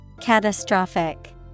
Catastrophic